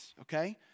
okay